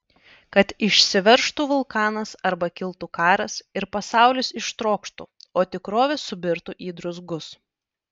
kad išsiveržtų vulkanas arba kiltų karas ir pasaulis ištrokštų o tikrovė subirtų į druzgus